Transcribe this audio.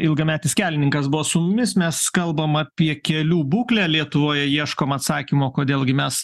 ilgametis kelininkas buvo su mumis mes kalbam apie kelių būklę lietuvoje ieškom atsakymo kodėl gi mes